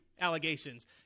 allegations